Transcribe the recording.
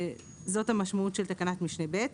זאת המשמעות של תקנת משנה (ב).